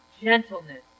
gentleness